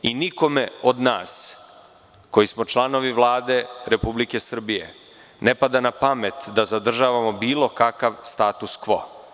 Nikome od nas, koji smo članovi Vlade RS, ne pada na pamet da zadržavamo bilo kakav status kvo.